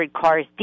cars